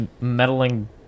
meddling